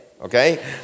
okay